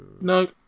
No